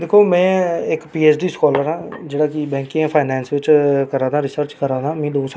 जियां मिगी तुसें इक इक कोशन आया कि पाॅलीटिशन दा किन्ना असर साढ़े